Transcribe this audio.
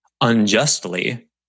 unjustly